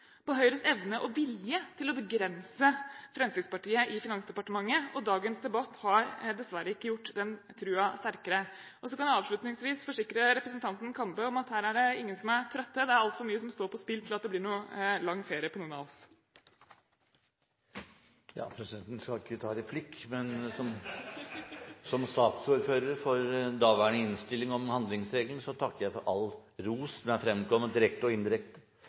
på Høyres evne og vilje til å begrense Fremskrittspartiet i Finansdepartementet – og dagens debatt har dessverre ikke gjort den troen sterkere. Så kan jeg helt avslutningsvis forsikre representanten Kambe om at her er det ingen som er trøtte – det er altfor mye som står på spill til at det blir noen lang ferie på noen av oss. Presidenten skal ikke ta replikk. Men som saksordfører den gang for innstillingen om handlingsregelen takker jeg for all ros som har fremkommet direkte og indirekte